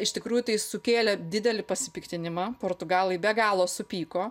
iš tikrųjų tai sukėlė didelį pasipiktinimą portugalai be galo supyko